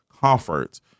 comfort